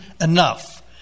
enough